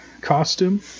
costume